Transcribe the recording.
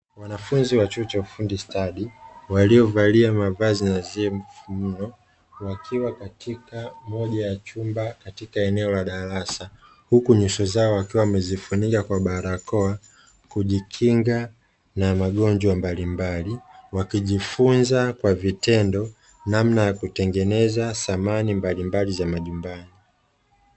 Wanafunzi wa chuo cha ufundi stadi waliovalia mavazi nadhifu, wakiwa katika moja ya chumba katika eneo la darasa, huku nyuso zao wakiwa wamezifunika kwa barakoa kujikinga na magonjwa mbalimbali. Wakijifunza kwa vitendo namna ya kutengeneza samani mbalimbali za majumbani.